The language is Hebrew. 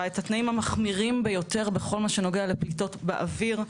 את התנאים המחמירים ביותר בכל מה שנוגע לפליטות באוויר,